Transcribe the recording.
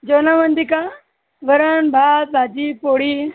जेवणामध्ये का वरणभात भाजी पोळी